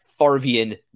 Farvian